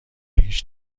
هیچ